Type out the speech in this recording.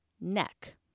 neck